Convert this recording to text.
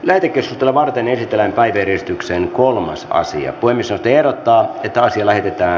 levikistä varten esitetään taideyhdistyksen kolmas asia kuin se tiedottaa pitäisi levittää